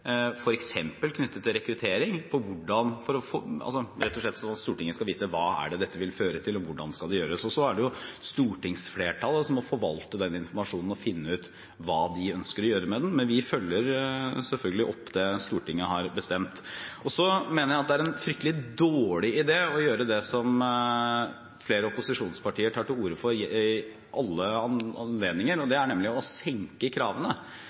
knyttet til rekruttering og hvordan, rett og slett slik at Stortinget skal vite hva dette vil føre til, og hvordan det skal gjøres. Så er det stortingsflertallet som må forvalte den informasjonen og finne ut hva de ønsker å gjøre med den, men vi følger selvfølgelig opp det Stortinget har bestemt. Så mener jeg at det er en fryktelig dårlig idé å gjøre det som flere opposisjonspartier tar til orde for ved alle anledninger, nemlig å senke kravene.